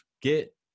Get